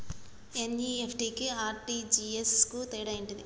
NEFT కి RTGS కు తేడా ఏంటిది?